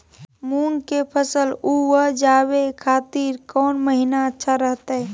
मूंग के फसल उवजावे खातिर कौन महीना अच्छा रहतय?